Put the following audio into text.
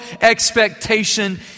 expectation